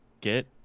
get